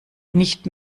nicht